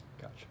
Gotcha